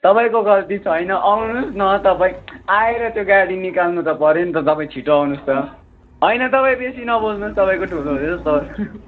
तपाईँको गल्ती छैन आउनु होस् न तपाईँ आएर त्यो गाडी निकाल्नु त पर्यो नि त तपाईँ छिटो आउनु होस् त होइन तपाईँ बेसी नबोल्नु होस तपाईँको ठुलो हुँदैछ स्वर